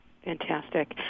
Fantastic